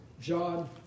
John